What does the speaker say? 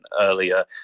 earlier